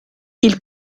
ils